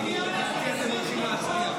כי לדעתי אתם הולכים להצביע.